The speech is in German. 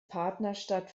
partnerstadt